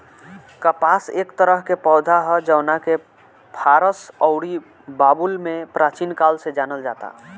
कपास एक तरह के पौधा ह जवना के फारस अउरी बाबुल में प्राचीन काल से जानल जाता